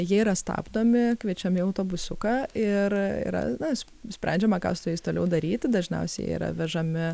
jie yra stabdomi kviečiami į autobusiuką ir yra nas nusprendžiama ką su jais toliau daryti dažniausiai jie yra vežami